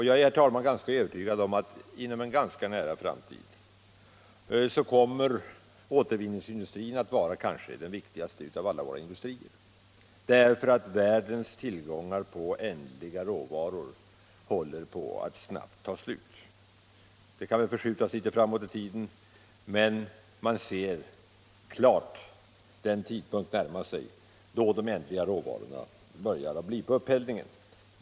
Jag är, herr talman, övertygad om att inom en ganska nära framtid kommer återvinningsindustrin att vara kanske den viktigaste av alla våra industrier, därför att världens tillgångar på ändliga råvaror håller på att snabbt ta slut. Tidpunkten kan förskjutas litet framåt, men man ser klart att den tid närmar sig då de ändliga råvarorna börjar komma på upphällningen.